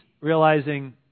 realizing